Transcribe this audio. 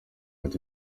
ati